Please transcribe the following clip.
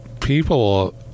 people